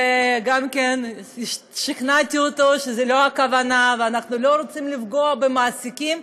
וגם שכנעתי אותו שזו לא הכוונה ואנחנו לא רוצים לפגוע במעסיקים,